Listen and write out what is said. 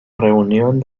reunión